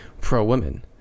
pro-women